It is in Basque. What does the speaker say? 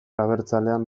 abertzalean